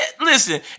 Listen